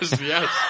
Yes